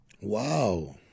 Wow